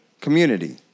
community